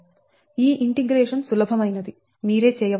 ఈ ఇంటిగ్రేషన్ సులభమైనది మీరే చేయవచ్చు